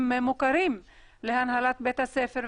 הם מוכרים להנהלת בית-הספר,